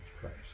Christ